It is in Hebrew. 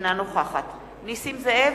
אינה נוכחת נסים זאב,